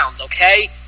okay